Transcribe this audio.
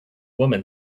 woman